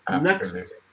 Next